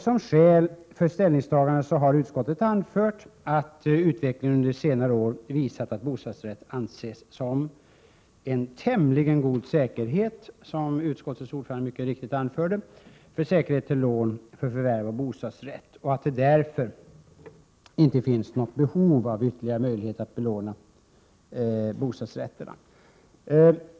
Som skäl för årets ställningstagande har utskottet anfört att utvecklingen under senare år visat att bostadsrätt anses, som utskottets ordförande mycket riktigt framhöll, som en tämligen god säkerhet för lån till förvärv av bostadsrätt. Därför finns det enligt utskottets mening inte något behov av ytterligare möjlighet att belåna bostadsrätterna.